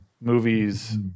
movies